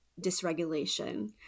dysregulation